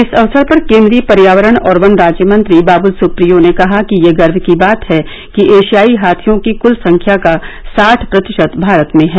इस अवसर पर केन्द्रीय पर्यावरण और वन राज्य मंत्री बाबुल सुप्रियो ने कहा कि यह गर्व की बात है कि एशियाई हाथियों की कुल संख्या का साढ प्रतिशत भारत में हैं